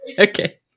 okay